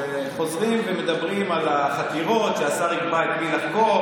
וחוזרים ומדברים על החקירות: שהשר יקבע את מי לחקור,